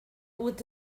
with